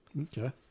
Okay